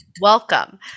welcome